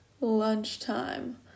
lunchtime